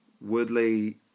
Woodley